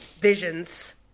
visions